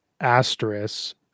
asterisk